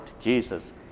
Jesus